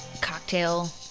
Cocktail